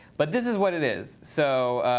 but this is what it is. so,